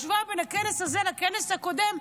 אפילו בהשוואה בין הכנס הזה לכנס הקודם,